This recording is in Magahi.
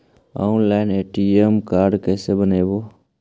ऑनलाइन ए.टी.एम कार्ड कैसे बनाबौ?